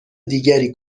دیگری